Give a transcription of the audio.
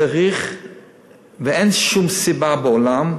ואין שום סיבה בעולם,